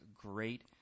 great